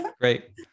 great